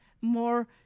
more